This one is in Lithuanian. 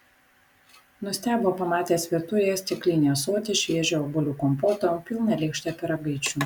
nustebo pamatęs virtuvėje stiklinį ąsotį šviežio obuolių kompoto pilną lėkštę pyragaičių